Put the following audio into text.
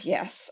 Yes